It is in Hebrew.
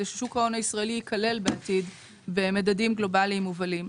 ששוק ההון הישראלי ייכלל בעתיד במדדים גלובאליים מובלים.